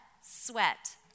sweat